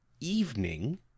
evening